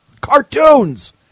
cartoons